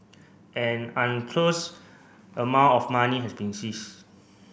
an unclosed amount of money has been seized